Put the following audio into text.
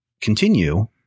continue